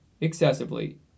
excessively